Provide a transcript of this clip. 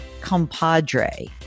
compadre